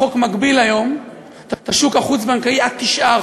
החוק מגביל היום את השוק החוץ-בנקאי עד 9%,